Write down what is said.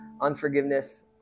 unforgiveness